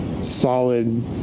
solid